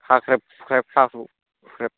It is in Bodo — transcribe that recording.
खाख्रेब खुख्रेब खाख्रु खुख्रेब